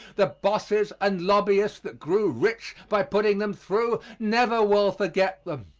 the bosses and lobbyists that grew rich by putting them through never will forget them.